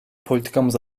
politikamız